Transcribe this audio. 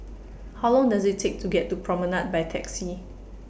How Long Does IT Take to get to Promenade By Taxi